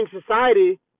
society